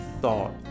thought